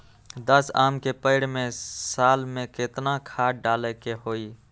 दस आम के पेड़ में साल में केतना खाद्य डाले के होई?